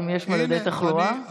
האם יש מדדי תחלואה?